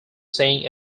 saying